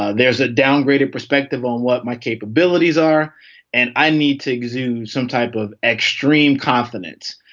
ah there's a downgraded perspective on what my capabilities are and i need to exude some type of extreme confidence.